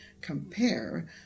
compare